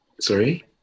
Sorry